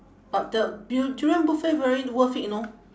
but the du~ durian buffet very worth it you know